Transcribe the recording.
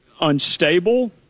unstable